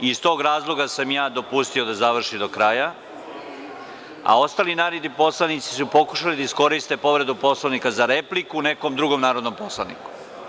Iz tog razloga sam ja dopustio da završi do kraja, a ostali narodni poslanici su pokušali da iskoriste povredu Poslovnika za repliku nekom drugom narodnom poslaniku.